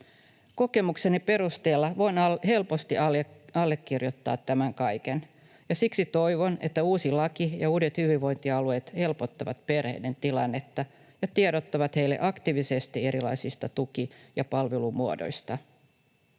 Kokemukseni perusteella voin helposti allekirjoittaa tämän kaiken ja siksi toivon, että uusi laki ja uudet hyvinvointialueet helpottavat perheiden tilannetta ja tiedottavat heille aktiivisesti erilaisista tuki- ja palvelumuodoista.